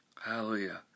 Hallelujah